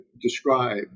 describe